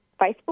Facebook